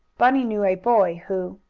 bunny knew a boy who,